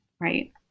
Right